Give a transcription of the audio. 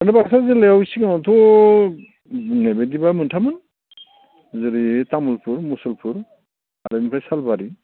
माने बाक्सा जिल्लायाव सिगाङावथ' बुंनाय बादिबा मोनथाममोन जेरै तामुलपुर मुसलपुर आरो बिनिफ्राय सालबारि